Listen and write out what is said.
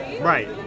Right